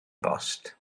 bost